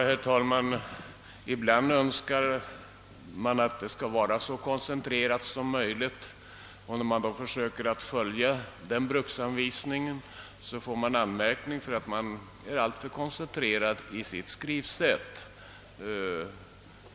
Herr talman! Ibland önskar man få utlåtanden skrivna så koncentrerat som möjligt, men när vi följer denna bruksanvisning får vi anmärkning för att ha varit alltför kortfattade i vår skrivning.